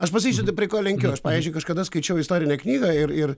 aš pasakysiu taip prie ko lenkiu aš pavyzdžiui kažkada skaičiau istorinę knygą ir ir